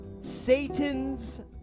Satan's